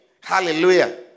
hallelujah